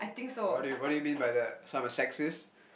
what do what do you mean by that so I'm a sexist